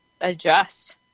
adjust